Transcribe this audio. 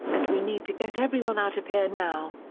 and we need to get everyone out of here now!